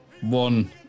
One